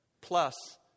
plus